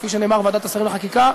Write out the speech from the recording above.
כפי שנאמר בוועדת השרים לחקיקה.